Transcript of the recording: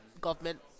government